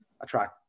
attract